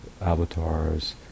avatars